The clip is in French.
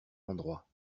endroits